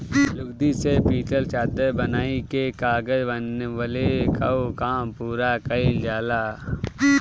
लुगदी से पतील चादर बनाइ के कागज बनवले कअ काम पूरा कइल जाला